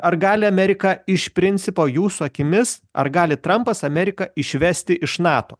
ar gali amerika iš principo jūsų akimis ar gali trampas amerika išvesti iš nato